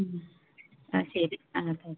ആ ശരി ആ തെ